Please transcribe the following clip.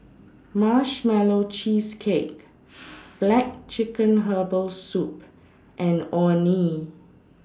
Marshmallow Cheesecake Black Chicken Herbal Soup and Orh Nee